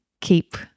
keep